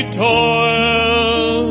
toil